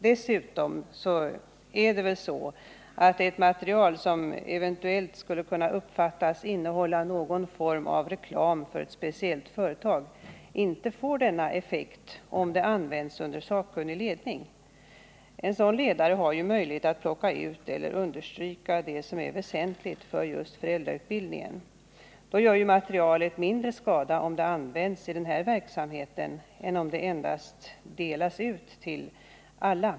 Dessutom är det väl så att ett material som eventuellt skulle kunna uppfattas innehålla någon form av reklam för ett speciellt företag inte får denna effekt om det används under sakkunnig ledning. En sådan ledare har möjlighet att plocka ut och understryka det som är väsentligt för just föräldrautbildningen. Materialet gör då mindre skada om det används i denna verksamhet än om det endast delas ut till alla.